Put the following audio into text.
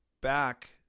back